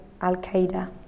Al-Qaeda